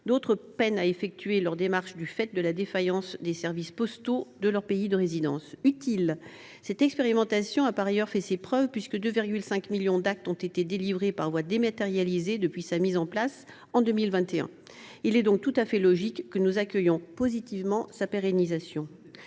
d’autres peinent à mener à bien leurs démarches en raison de la défaillance des services postaux de leur pays de résidence. Cette expérimentation est utile et a fait ses preuves : 2,5 millions d’actes ont été délivrés par voie dématérialisée depuis sa mise en place en 2021. Il est donc tout à fait logique que nous accueillions positivement sa pérennisation.